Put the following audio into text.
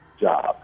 job